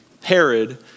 Herod